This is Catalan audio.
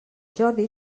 jordi